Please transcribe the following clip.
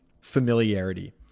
familiarity